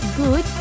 good